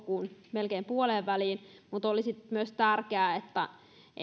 melkein puoleenväliin mutta olisi tärkeää että